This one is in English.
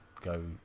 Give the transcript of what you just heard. go